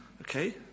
Okay